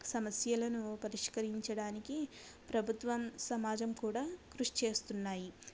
సమస్యలను పరిష్కరించడానికి ప్రభుత్వం సమాజం కూడా కృషి చేస్తున్నాయి